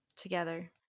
together